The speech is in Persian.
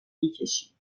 میکشید